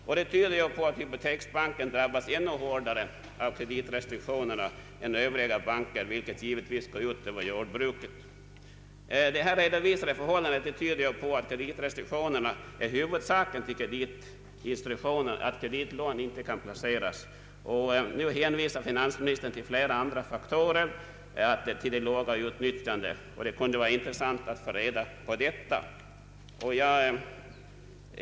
Detta tyder på att hypoteksbanken drabbats ännu hårdare av kreditrestriktionerna än Övriga banker, vilket givetvis går ut över jordbruket. Det här redovisade förhållandet tyder på att kreditrestriktionerna är huvudorsaken till att kreditlån inte kan placeras. Nu hänvisar finansministern till flera andra faktorer när det gäller det låga utnyttjandet. Det kunde vara intressant att få reda på detta.